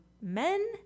men